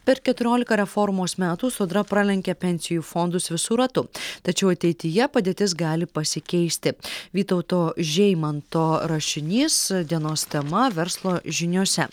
per keturiolika reformos metų sodra pralenkė pensijų fondus visu ratu tačiau ateityje padėtis gali pasikeisti vytauto žeimanto rašinys dienos tema verslo žiniose